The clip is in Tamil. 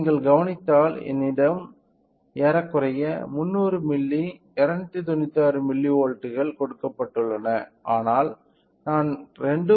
நீங்கள் கவனித்தால் என்னிடம் ஏறக்குறைய 300 மில்லி 296 மில்லிவோல்ட்கள் கொடுக்கப்பட்டுள்ளன ஆனால் நான் 2